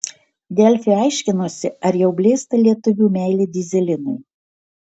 delfi aiškinosi ar jau blėsta lietuvių meilė dyzelinui